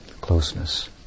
closeness